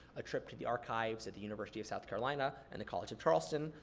a trip to the archives at the university of south carolina and the college of charleston,